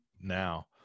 now